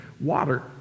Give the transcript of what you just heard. water